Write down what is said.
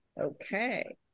Okay